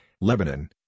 Lebanon